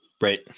Right